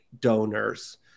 donors